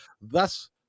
thus